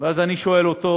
ואז אני שואל אותו: